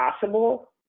possible